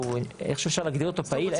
ואפשר להגדיר אותו פעיל?